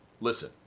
Listen